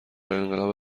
انقلاب